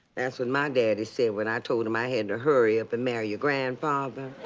that's what my daddy said when i told him i had to hurry up and marry your grandfather.